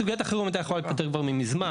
סוגיית החירום הייתה יכולה להיפתר כבר ממזמן,